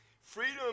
Freedom